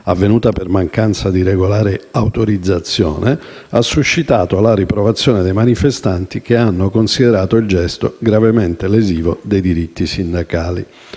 avvenuta per mancanza di regolare autorizzazione, ha suscitato la riprovazione dei manifestanti che hanno considerato il gesto gravemente lesivo dei diritti sindacali.